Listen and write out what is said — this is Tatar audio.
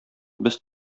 без